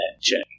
check